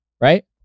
right